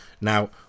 Now